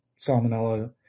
salmonella